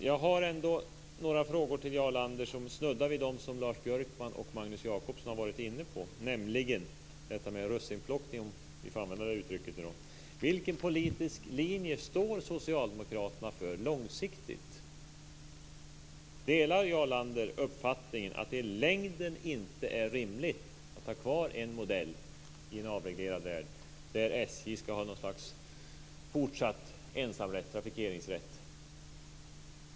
Jag har några frågor till Jarl Lander som snuddar vid de som Lars Björkman och Magnus Jacobsson har varit inne på, nämligen detta med russinplockning, om vi nu får använda det uttrycket. Vilken politisk linje står Socialdemokraterna för långsiktigt? Delar Jarl Lander uppfattningen att det i längden inte är rimligt att ha kvar en modell i en avreglerad värld där SJ fortsatt ska ha något slags ensam trafikeringsrätt?